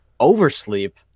oversleep